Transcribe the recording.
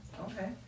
Okay